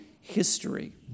history